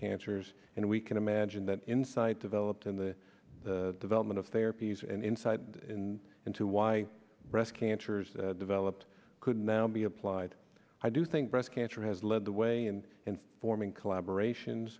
cancers and we can imagine that insight developed in the development of therapies and insight in into why breast cancers developed could now be applied i do think breast cancer has led the way in informing collaboration